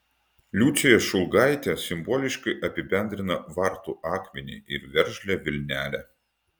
liucija šulgaitė simboliškai apibendrina vartų akmenį ir veržlią vilnelę